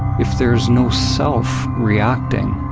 if there's no self reacting,